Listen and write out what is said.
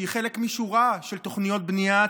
שהיא חלק משורה של תוכניות בנייה,